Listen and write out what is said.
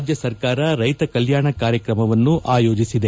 ರಾಜ್ಯ ಸರ್ಕಾರ ರೈತ ಕಲ್ಲಾಣ ಕಾರ್ಯಕ್ರಮವನ್ನು ಆಯೋಜಿಸಿದೆ